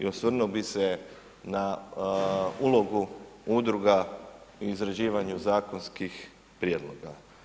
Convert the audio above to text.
I osvrnuo bi se na ulogu udruga u izrađivanju zakonskih prijedloga.